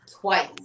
twice